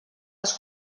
les